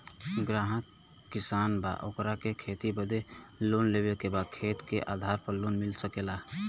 ग्राहक किसान बा ओकरा के खेती बदे लोन लेवे के बा खेत के आधार पर लोन मिल सके ला?